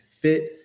fit